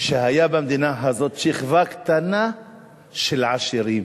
היתה במדינה הזאת שכבה קטנה של עשירים